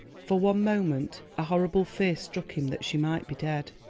for one moment a horrible fear struck him that she might be dead.